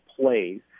plays